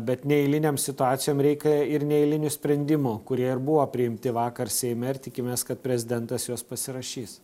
bet neeiliniam situacijom reikia ir neeilinių sprendimų kurie ir buvo priimti vakar seime ir tikimės kad prezidentas juos pasirašys